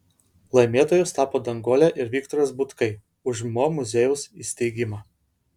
laimėtojais tapo danguolė ir viktoras butkai už mo muziejaus įsteigimą